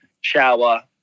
shower